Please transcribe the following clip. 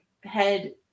head